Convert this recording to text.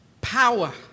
power